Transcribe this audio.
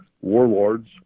warlords